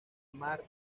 mar